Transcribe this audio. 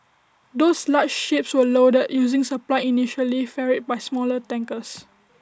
those large ships were loaded using supply initially ferried by smaller tankers